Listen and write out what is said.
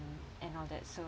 um and all that so